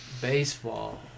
Baseball